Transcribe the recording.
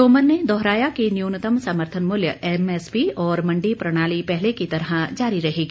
तोमर ने दोहराया कि न्यूनतम समर्थन मूल्य एमएसपी और मंडी प्रणाली पहले की तरह जारी रहेगी